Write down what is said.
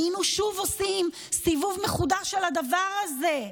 היינו שוב עושים סיבוב מחודש על הדבר הזה.